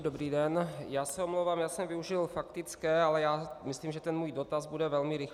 Dobrý den, já se omlouvám, já jsem využil faktické, ale myslím, že můj dotaz bude velmi rychlý.